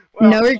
No